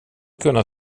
kunna